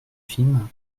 film